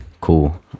Cool